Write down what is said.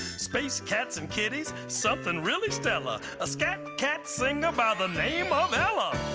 space cats and kitties something really stellar a scat-cat singing by the name of ella